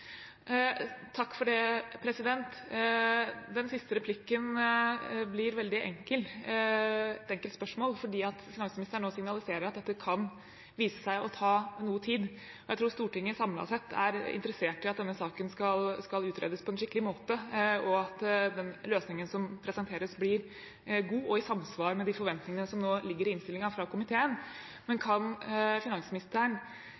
Den siste replikken blir veldig enkel – et enkelt spørsmål. Finansministeren signaliserer nå at dette kan vise seg å ta noe tid, og jeg tror Stortinget samlet sett er interessert i at denne saken skal utredes på en skikkelig måte, og at løsningen som presenteres, blir god og i samsvar med de forventningene som nå ligger i innstillingen fra komiteen. Men kan finansministeren